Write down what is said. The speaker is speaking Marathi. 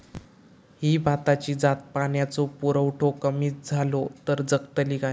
ही भाताची जात पाण्याचो पुरवठो कमी जलो तर जगतली काय?